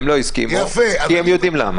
הם לא הסכימו, כי הם יודעים למה.